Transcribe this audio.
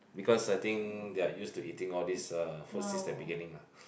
because I think they are used to eating all this food since the beginning ah